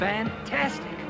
Fantastic